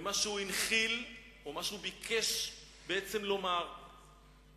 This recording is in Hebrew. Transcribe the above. ומה הוא הנחיל או מה הוא ביקש לומר, בעצם.